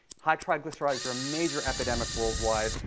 high triglycerides are a major epidemic worldwide,